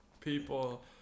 people